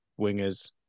wingers